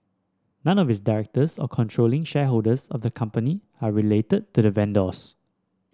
none of its directors or controlling shareholders of the company are related to the vendors